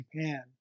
Japan